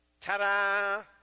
Ta-da